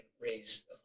raise